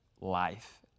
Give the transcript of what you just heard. life